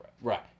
Right